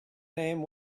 name